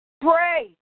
Pray